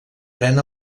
pren